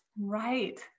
Right